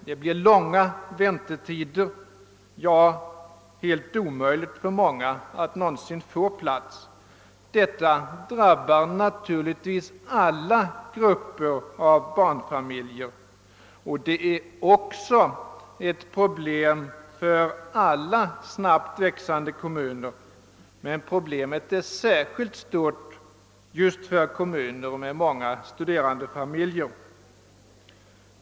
Det blir långa väntetider, och för många är det ofta helt omöjligt att någonsin få en plats på daghem. Detta drabbar naturligtvis samtliga grupper av barnfamiljer och utgör ett problem för alla snabbt växande kommuner. Men problemet är särskilt stort just för kommuner med många studerandefamiljer.